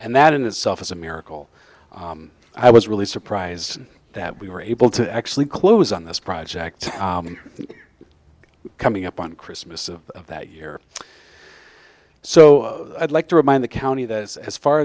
and that in itself is a miracle i was really surprised that we were able to actually close on this project coming up on christmas of that year so i'd like to remind the county that it's as far